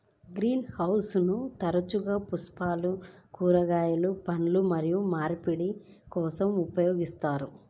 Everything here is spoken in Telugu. గ్రీన్ హౌస్లను తరచుగా పువ్వులు, కూరగాయలు, పండ్లు మరియు మార్పిడి కోసం ఉపయోగిస్తారు